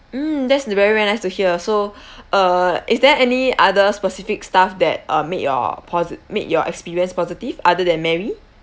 mm that's very very nice to hear so uh is there any other specific staff that uh make your posi~ make your experience positive other than mary